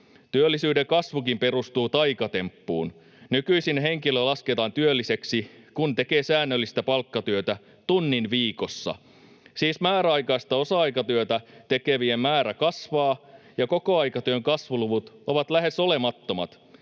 Työllisyyden kasvukin perustuu taikatemppuun. Nykyisin henkilö lasketaan työlliseksi, kun hän tekee säännöllistä palkkatyötä tunnin viikossa. Siis määräaikaista osa-aikatyötä tekevien määrä kasvaa ja kokoaikatyön kasvuluvut ovat lähes olemattomat.